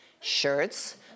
shirts